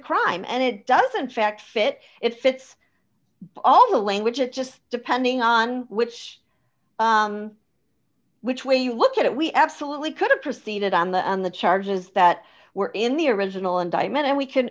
crime and it doesn't fact fit if it's all the language it just depending on which which way you look at it we absolutely could have proceeded on the charges that were in the original indictment and we can